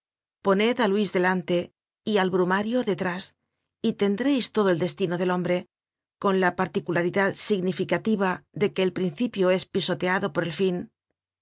á luis delante y al brumario detrás y tendreis todo el destino del hombre con la particularidad significativa de que el principio es pisoteado por el fin